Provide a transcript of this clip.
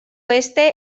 este